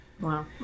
wow